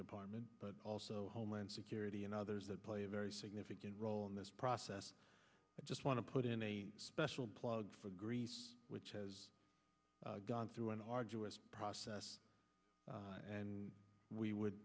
department but also homeland security and others that play a very significant role in this process i just want to put in a special plug greece which has gone through an arduous process and we would